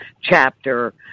chapter